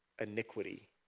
iniquity